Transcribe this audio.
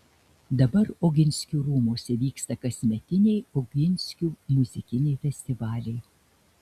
dabar oginskių rūmuose vyksta kasmetiniai oginskių muzikiniai festivaliai